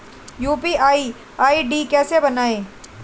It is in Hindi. यू.पी.आई आई.डी कैसे बनाएं?